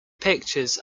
pictures